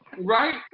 Right